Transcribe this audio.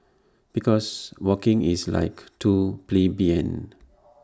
because walking is like too plebeian